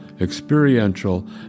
experiential